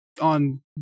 on